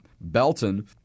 Belton